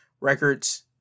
records